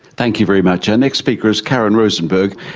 thank you very much. our next speaker is karen rosenberg.